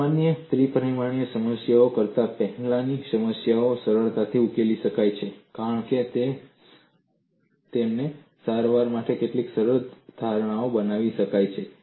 સામાન્ય ત્રિ પરિમાણીય સમસ્યાઓ કરતાં પ્લેનની સમસ્યાઓ સરળતાથી ઉકેલી શકાય છે કારણ કે તેમની સારવારમાં કેટલીક સરળ ધારણાઓ બનાવી શકાય છે